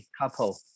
couple